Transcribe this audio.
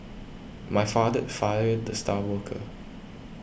my father fired the star worker